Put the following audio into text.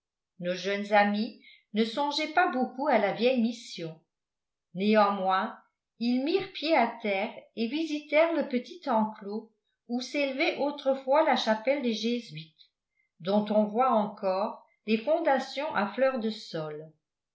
nos jeunes amis ne songeaient pas beaucoup à la vieille mission néanmoins ils mirent pied à terre et visitèrent le petit enclos où s'élevait autrefois la chapelle des jésuites dont on voit encore les fondations à fleur de sol